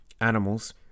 Animals